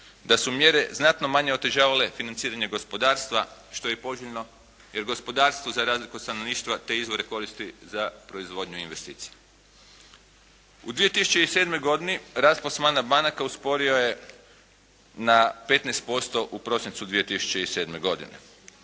da su mjere znatno manje otežavale financiranje gospodarstva što je poželjno, jer gospodarstvo za razliku od stanovništva te izvore koristi za proizvodnju investicija. U 2007. godini rast plasmana banaka usporio je na 15% u prosincu 2007. godine.